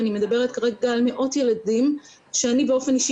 ואני מדברת כרגע על מאות ילדים שאני באופן אישי